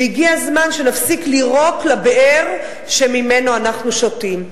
והגיע הזמן שנפסיק לירוק לבאר שממנה אנחנו שותים.